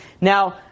Now